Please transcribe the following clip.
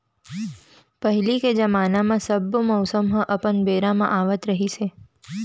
पहिली के जमाना म सब्बो मउसम ह अपन बेरा म आवत रिहिस हे